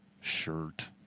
shirt